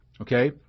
okay